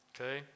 okay